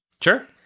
Sure